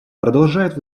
продолжают